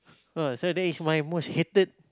oh so that is my most hated